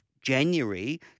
January